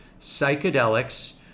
psychedelics